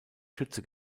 schütze